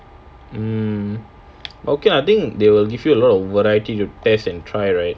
um okay lah I think they will give you a lot of variety to test and try right